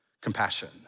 compassion